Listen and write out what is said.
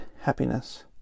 happiness